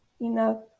enough